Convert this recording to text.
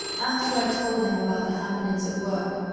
after i told him about the happenings at work,